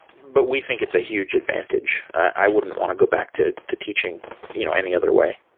but we think it's a huge advantage. i wouldn't want to go back to to teaching you know any other way.